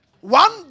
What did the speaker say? One